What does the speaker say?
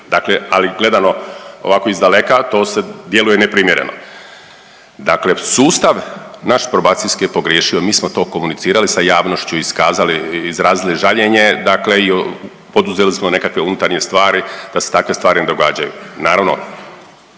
ali gledano ovako izdaleka to djeluje neprimjereno. Dakle sustav naš probacijski je pogriješio, mi smo to komunicirali sa javnošću i iskazali, izrazili žaljenje dakle i poduzeli smo nekakve unutarnje stvari da se takve stvari ne događaju.